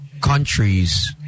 countries